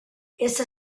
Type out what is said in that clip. essa